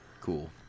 cool